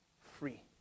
free